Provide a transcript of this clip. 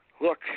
look